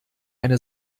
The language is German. eine